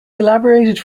collaborated